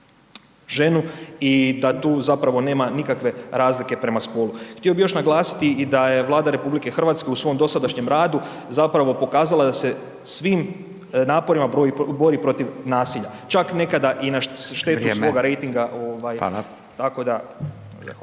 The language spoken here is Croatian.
ženu i da tu nema nikakve razlike prema spolu. Htio bih još naglasiti i da je Vlada RH u svom dosadašnjem radu pokazala da se svim naporima bori protiv nasilja, čak nekada i na štetu svoga rejtinga. **Radin,